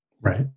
right